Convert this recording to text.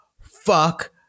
fuck